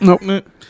nope